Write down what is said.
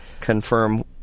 confirm